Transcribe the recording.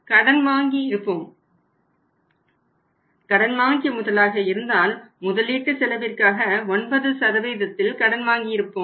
கடன் வாங்கிய முதலாக இருந்தால் முதலீட்டு செலவிற்காக 9 இல் கடன் வாங்கி இருப்போம்